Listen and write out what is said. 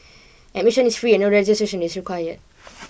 admission is free and no registration is required